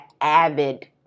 avid